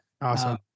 Awesome